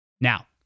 Now